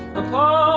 apart.